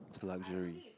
luxury